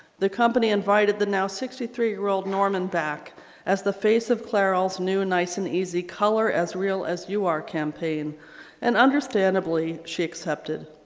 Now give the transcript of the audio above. the company invited the now sixty three year old norman back as the face of clairol's new nice and easy color as real as you are campaign and understandably she accepted.